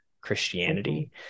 Christianity